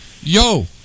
Yo